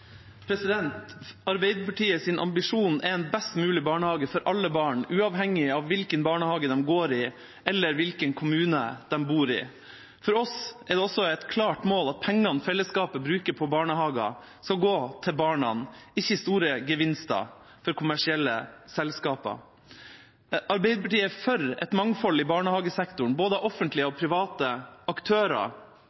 en best mulig barnehage for alle barn, uavhengig av hvilken barnehage de går i, eller hvilken kommune de bor i. For oss er det også et klart mål at pengene fellesskapet bruker på barnehager, skal gå til barna, ikke som store gevinster til kommersielle selskaper. Arbeiderpartiet er for et mangfold i barnehagesektoren, av både offentlige